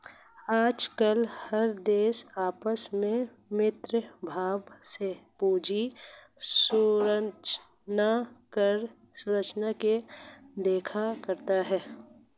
आजकल हर देश आपस में मैत्री भाव से पूंजी संरचना को देखा करता है